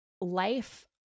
life